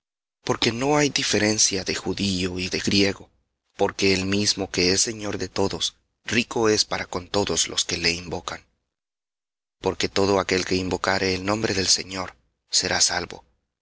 porque no hay diferencia de judío y de griego porque el mismo que es señor de todos rico es para con todos los que le invocan porque todo aquel que invocare el nombre del señor será salvo mas